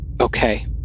Okay